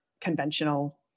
conventional